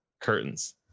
curtains